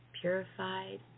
purified